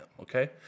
okay